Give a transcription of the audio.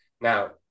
Now